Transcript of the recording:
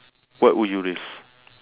what would you risk